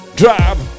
drive